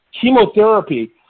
chemotherapy